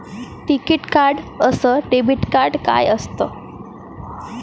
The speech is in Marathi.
टिकीत कार्ड अस डेबिट कार्ड काय असत?